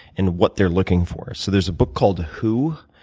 and what they're looking for. so there's a book called who,